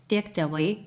tiek tėvai